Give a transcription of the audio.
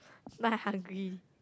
now I hungry